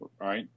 right